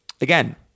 again